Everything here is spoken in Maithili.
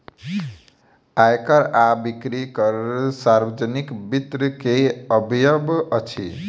आय कर आ बिक्री कर सार्वजनिक वित्त के अवयव अछि